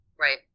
Right